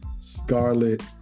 Scarlet